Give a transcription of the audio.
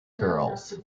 girls